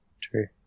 True